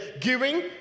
Giving